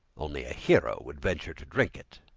only a hero will venture to drink it.